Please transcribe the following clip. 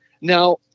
Now